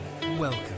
Welcome